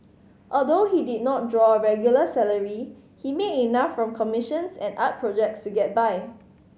although he did not draw a regular salary he made enough from commissions and art projects to get by